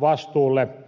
vastuulle